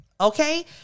okay